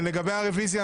לגבי הרביזיה,